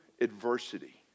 adversity